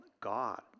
God